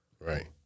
Right